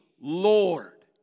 Lord